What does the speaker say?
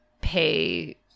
pay